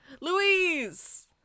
Louise